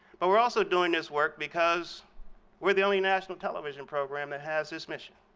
but we're also doing this work because we're the only national television program that has this mission,